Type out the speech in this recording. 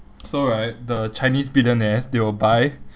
so right the chinese billionaires they will buy